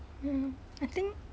ya lor I think